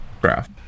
Graph